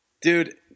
Dude